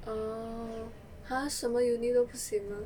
orh !huh! 什么 uni 都不行 mah